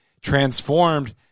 transformed